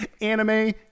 Anime